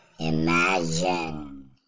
Imagine